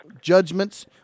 judgments